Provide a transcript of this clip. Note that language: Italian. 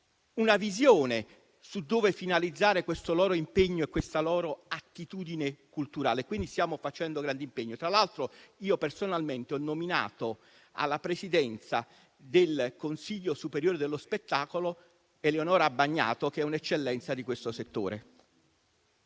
una visione su dove finalizzare questo loro impegno e questa loro attitudine culturale, stiamo operando con grande impegno. Tra l'altro, io personalmente ho nominato alla Presidenza del Consiglio superiore dello spettacolo Eleonora Abbagnato, che è un'eccellenza di questo settore.